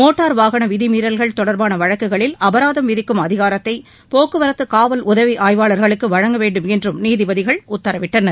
motor வாகன விதிமீறல்கள் தொடர்பான வழக்குகளில் அபராதம் விதிக்கும் அதிகாரத்தை போக்குவரத்து காவல் உதவி ஆய்வாளர்களுக்கு வழங்க வேண்டுமென்றும் நீதிபதிகள் உத்தரவிட்டனர்